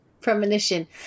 premonition